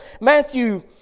Matthew